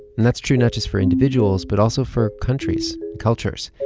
and that's true not just for individuals but also for countries, cultures.